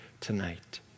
tonight